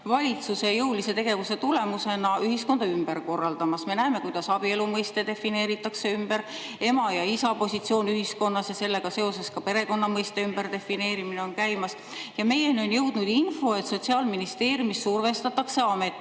valitsuse jõulise tegevuse tulemusena ühiskonda ümber korraldamas. Me näeme, kuidas abielu mõiste defineeritakse ümber, ema ja isa positsioon ühiskonnas ja sellega seoses ka perekonna mõiste ümberdefineerimine on käimas. Meieni on jõudnud info, et Sotsiaalministeeriumis survestatakse ametnikke